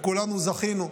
וכולנו זכינו.